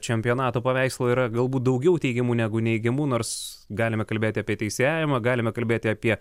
čempionato paveikslą yra galbūt daugiau teigiamų negu neigiamų nors galime kalbėti apie teisėjavimą galime kalbėti apie